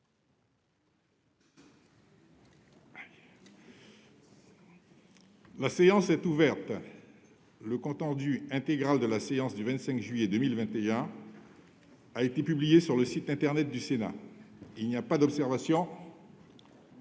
La séance est ouverte. Le compte rendu intégral de la séance du dimanche 25 juillet 2021 a été publié sur le site internet du Sénat. Il n'y a pas d'observation ?